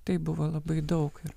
taip buvo labai daug ir